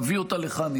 נביא אותה לכאן,